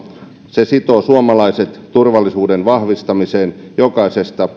se sitoo suomalaiset turvallisuuden vahvistamiseen jokaisesta